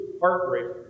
heartbreaking